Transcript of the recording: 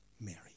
Mary